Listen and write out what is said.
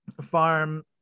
farm